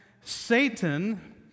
Satan